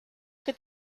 que